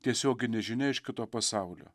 tiesioginė žinia iš kito pasaulio